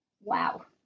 Wow